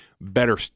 Better